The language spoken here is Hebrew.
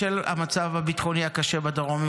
בשל המצב הביטחוני הקשה בדרום.